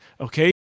okay